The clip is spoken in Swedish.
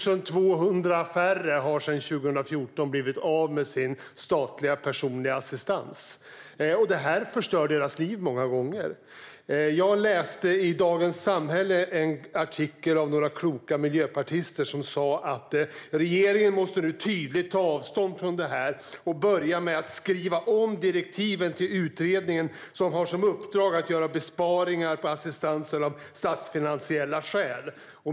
Sedan 2014 har 1 200 personer blivit av med sin statliga personliga assistans. Detta förstör många gånger deras liv. Jag har läst en artikel i Dagens Samhälle skriven av några kloka miljöpartister. Där stod det att regeringen nu tydligt måste ta avstånd från detta och börja med att skriva om direktiven till den utredning som har som uppdrag att göra besparingar på assistansen av statsfinansiella skäl.